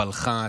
פלח"ץ,